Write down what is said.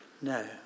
No